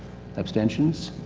abstentions.